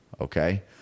okay